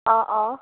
অঁ অঁ